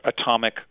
atomic